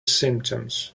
symptoms